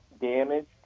damaged